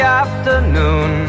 afternoon